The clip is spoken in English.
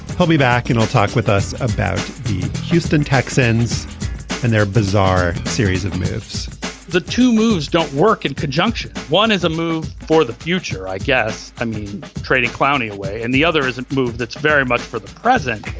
he'll be back and i'll talk with us about the houston texans and their bizarre series of myths the two moves don't work in conjunction one is a move for the future i guess i mean trading clowney away and the other isn't move. that's very much for the present.